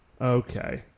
Okay